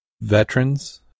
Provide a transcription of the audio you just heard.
veterans